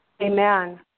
Amen